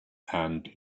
and